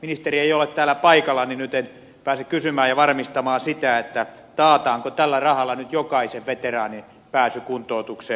ministeri ei ole täällä paikalla joten nyt en pääse kysymään ja varmistamaan sitä taataanko tällä rahalla nyt jokaisen veteraanin pääsy kuntoutukseen